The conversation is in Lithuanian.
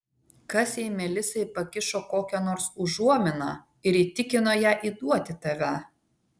kas jei melisai pakišo kokią nors užuominą ir įtikino ją įduoti tave